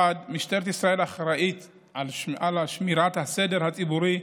1. משטרת ישראל אחראית לשמירת הסדר הציבורי,